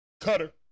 cutter